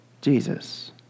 Jesus